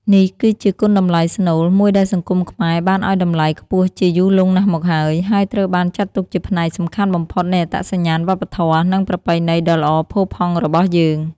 នេះគឺជា គុណតម្លៃស្នូល មួយដែលសង្គមខ្មែរបានឲ្យតម្លៃខ្ពស់ជាយូរលង់ណាស់មកហើយ ហើយត្រូវបានចាត់ទុកជាផ្នែកសំខាន់បំផុតនៃអត្តសញ្ញាណវប្បធម៌ និងប្រពៃណីដ៏ល្អផូរផង់របស់យើង។